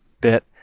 bit